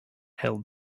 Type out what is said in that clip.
held